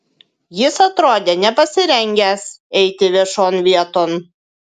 jis atrodė nepasirengęs eiti viešon vieton